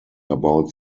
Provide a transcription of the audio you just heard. about